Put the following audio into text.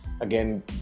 again